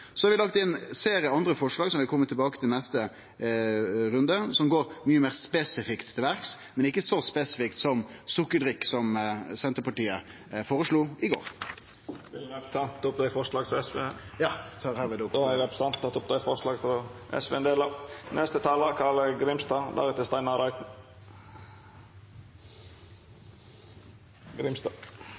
Så har vi lagt inn ein serie med andre forslag som vi vil kome tilbake til i neste runde, som går mykje meir spesifikt til verks, men ikkje så spesifikt som sukkerdrikk, som Senterpartiet føreslo i går. Eg tek opp forslaga våre. Då har representanten Torgeir Knag Fylkesnes teke opp